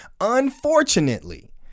unfortunately